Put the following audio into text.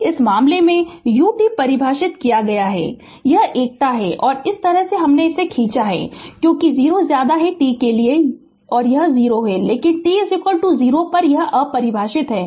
तो इस मामले में u t परिभाषित किया गया है यह एकता है और यह इस तरह से हमने खींचा है क्योंकि t 0 के लिए यह 0 है लेकिन t 0 पर यह अपरिभाषित है